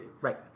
right